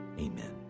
amen